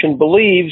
believes